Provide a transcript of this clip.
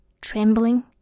Trembling